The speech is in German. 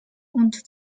und